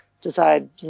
decide